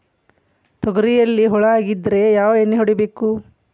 ತೊಗರಿಯಲ್ಲಿ ಹುಳ ಆಗಿದ್ದರೆ ಯಾವ ಎಣ್ಣೆ ಹೊಡಿಬೇಕು?